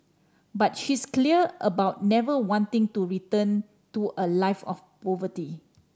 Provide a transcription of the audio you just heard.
but she's clear about never wanting to return to a life of poverty